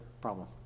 problem